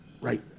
right